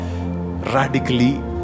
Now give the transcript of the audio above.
radically